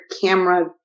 camera